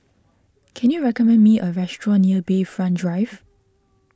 can you recommend me a restaurant near Bayfront Drive